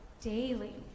daily